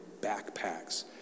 backpacks